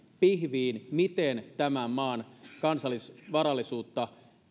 pihviin miten tämän maan kansallisvarallisuutta